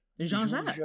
Jean-Jacques